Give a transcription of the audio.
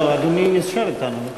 אדוני נשאר אתנו.